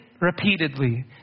repeatedly